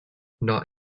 not